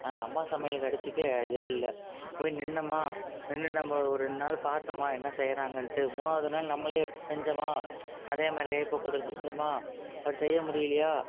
ஆனால் அம்மா சமையலுக்கு அடிச்சுக்க இதே இல்லை போய் நின்றோமா நின்று நம்ம ஒரு ரெண்டு நாள் பார்த்தம்மா என்ன செய்யிறாங்கண்டு மூணாவது நாள் நம்மளே எடுத்து செஞ்சோமா அதேமாதிரி பக்குவத்தில் செஞ்சோமா அப்படி செய்ய முடியிலையா